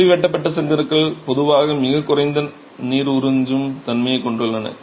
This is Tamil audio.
கம்பி வெட்டப்பட்ட செங்கற்கள் பொதுவாக மிகக் குறைந்த நீர் உறிஞ்சும் தன்மையைக் கொண்டுள்ளன